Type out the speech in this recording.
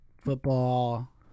Football